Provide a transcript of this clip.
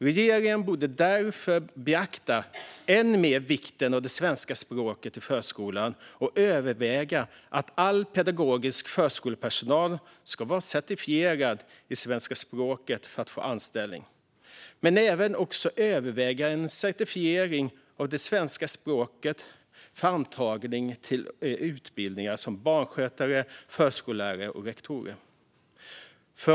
Regeringen borde därför än mer beakta vikten av det svenska språket i förskolan och överväga att all pedagogisk förskolepersonal ska vara certifierad i svenska språket för att få anställning. Regeringen bör också överväga certifiering i svenska språket för antagning till utbildning till barnskötare, förskollärare och rektor.